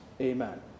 Amen